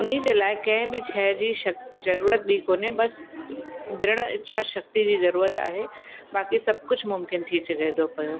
हुनजे लाइ कंहिं बि शइ जी शक ज़रूरत बि कोने बसि दृढ़ इच्छा शक्ति जी ज़रूरत आहे बाक़ी सभु कुझु मुमकिन थी सघे थो पियो